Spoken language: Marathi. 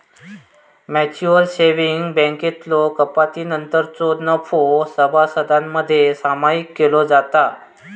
म्युचल सेव्हिंग्ज बँकेतलो कपातीनंतरचो नफो सभासदांमध्ये सामायिक केलो जाता